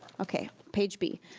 okay. page b.